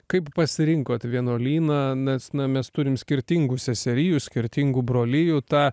kaip pasirinkot vienuolyną nes na mes turim skirtingų seserijų skirtingų brolijų tą